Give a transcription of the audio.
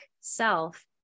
self